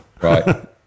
Right